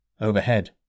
Overhead